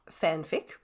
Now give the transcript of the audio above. fanfic